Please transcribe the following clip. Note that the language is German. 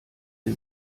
sie